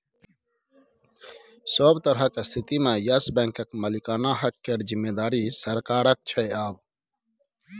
सभ तरहक स्थितिमे येस बैंकक मालिकाना हक केर जिम्मेदारी सरकारक छै आब